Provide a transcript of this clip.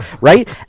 right